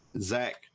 Zach